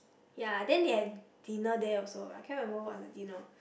ya then they have dinner there also but I cannot remember what's the dinner